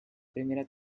primera